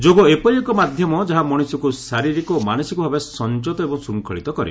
ଯୋଗ ଏପରି ଏକ ମାଧ୍ୟମ ଯାହା ମଣିଷକ୍ତ ଶାରୀରିକ ଓ ମାନସିକ ଭାବେ ସଂଯତ ଏବଂ ଶୃଙ୍ଖଳିତ କରେ